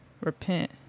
Repent